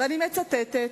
ואני מצטטת: